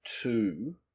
two